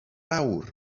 awr